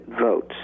votes